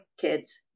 kids